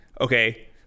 okay